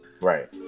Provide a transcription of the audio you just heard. Right